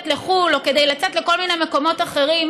לחו"ל או כדי לצאת לכל מיני מקומות אחרים,